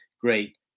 great